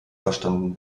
verstanden